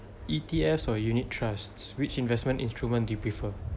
E_T_F or unit trusts which investment instrument do you prefer